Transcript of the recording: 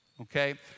okay